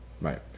Right